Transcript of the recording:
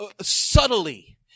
subtly